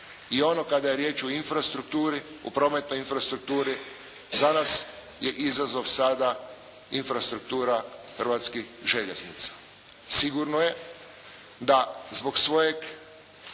I ono kada je riječ o infrastrukturi, u prometnoj infrastrukturi, za nas je izazov sada infrastruktura hrvatskih željeznica. Sigurno je da zbog svojeg